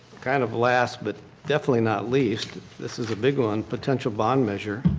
kind of last but definitely not least. this is a big one, potential bond measure.